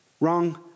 wrong